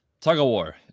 tug-of-war